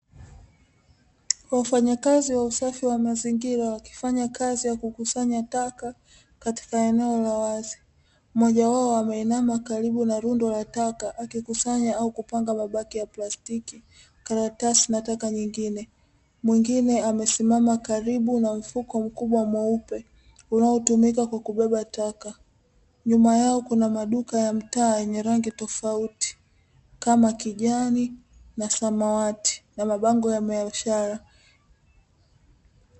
wafanyakazi wa usafi wa mazingira wakifanya kazi ya kukusanya taka katika eneo la wazi, mmoja wao ameinama karibu na rundo la taka, akikusanya au kupanga mabaki ya plastiki, karatasi na taka nyingine. Mwingine amesimama karibu na mfuko mkubwa mweupe unaotumika kubeba taka, nyuma yao kuna maduka ya mtaa ya rangi tofauti kama kijani na samawati na mabango ya biashara.